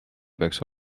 peaks